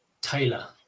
Taylor